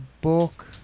book